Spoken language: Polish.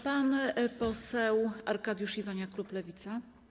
Pan poseł Arkadiusz Iwaniak, klub Lewica.